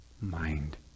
mind